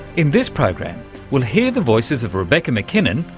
in this program we'll hear the voices of rebecca mackinnon,